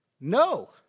no